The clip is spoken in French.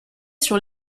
sur